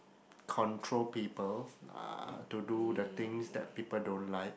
control people uh to do the things that people don't like